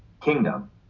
kingdom